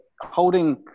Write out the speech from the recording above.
holding